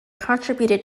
contributed